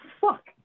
fuck